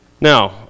Now